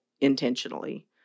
intentionally